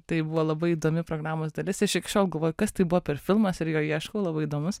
tai buvo labai įdomi programos dalis aš iki šiol galvoju kas tai buvo per filmas ir jo ieškau labai įdomus